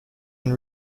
and